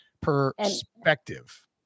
perspective